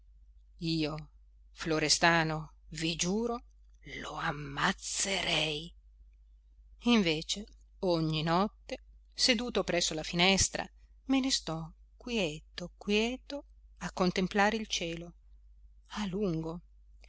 io florestano vi giuro lo ammazzerei invece ogni notte seduto presso la finestra me ne sto quieto quieto a contemplare il cielo a lungo